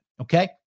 Okay